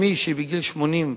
אם מישהי בגיל 88,